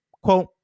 Quote